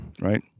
right